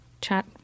chat